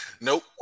Nope